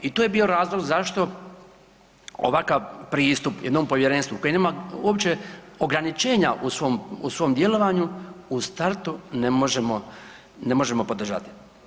I to je bio razlog zašto ovakav pristup jednom povjerenstvu koje nema uopće ograničenja u svom djelovanju u startu ne možemo podržati.